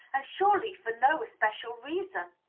and surely for no especial reason!